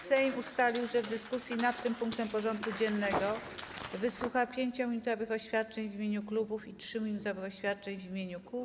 Sejm ustalił, że w dyskusji nad tym punktem porządku dziennego wysłucha 5-minutowych oświadczeń w imieniu klubów i 3-minutowych oświadczeń w imieniu kół.